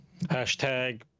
Hashtag